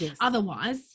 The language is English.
Otherwise